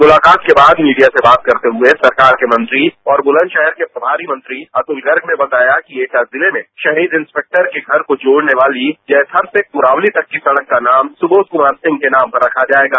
मुलाकात के बाद मीडिया से बात करते हुए सरकार के मंत्री और बुलंदशहर के प्रभारी मंत्री अवुल गर्ग ने बताया कि एटा जिले में शहीद इंस्पेक्टर के घर को जोड़ने वाली जैथरा से कुरावली तक की सड़क का नाम सुबोध कमार सिंह के नाम पर रखा जायेगा